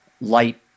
light